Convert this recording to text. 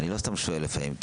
אני לא סתם שואל לפעמים,